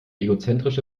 egozentrische